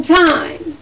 time